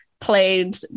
played